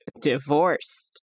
Divorced